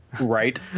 Right